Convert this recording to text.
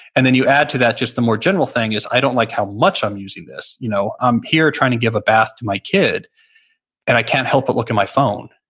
and then, you add to that just the more general thing is, i don't like how much i'm using this. you know i'm here trying to give a bath to my kid and i can't help but look at my phone.